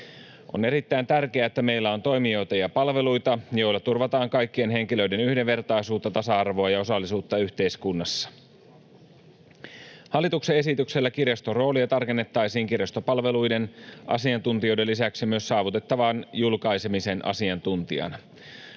On erittäin tärkeää, että meillä on toimijoita ja palveluita, joilla turvataan kaikkien henkilöiden yhdenvertaisuutta, tasa-arvoa ja osallisuutta yhteiskunnassa. Hallituksen esityksellä kirjaston roolia tarkennettaisiin kirjastopalveluiden asiantuntijan lisäksi myös saavutettavan julkaisemisen asiantuntijana.